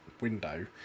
window